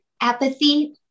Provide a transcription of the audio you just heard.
apathy